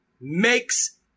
makes